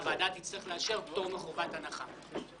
הוועדה תצטרך לאשר פטור מחובת הנחה.